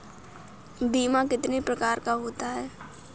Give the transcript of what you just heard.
बीमा कितने प्रकार का होता है?